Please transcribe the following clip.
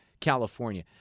California